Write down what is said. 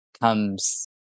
comes